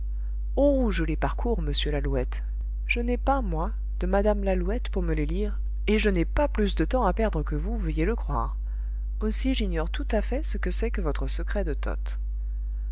oh je les parcours monsieur lalouette je n'ai pas moi de mme lalouette pour me les lire et je n'ai pas plus de temps à perdre que vous veuillez le croire aussi j'ignore tout à fait ce que c'est que votre secret de toth